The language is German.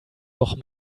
doch